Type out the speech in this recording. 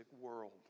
world